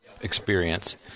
experience